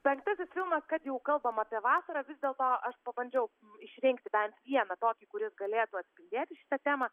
penktasis filmas kad jau kalbam apie vasarą vis dėlto aš pabandžiau išrinkti bent vieną tokį kuris galėtų atspindėti šitą temą